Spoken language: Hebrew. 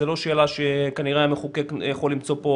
זה לא שאלה שכנראה המחוקק יכול למצוא לה פה